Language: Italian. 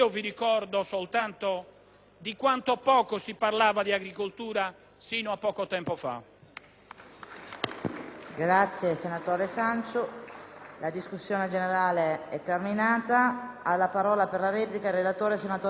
di quanto poco si parlava di agricoltura fino a poco tempo fa.